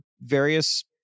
various